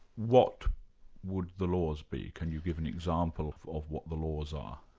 what would the laws be? can you give an example of what the laws are?